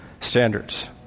standards